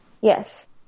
Yes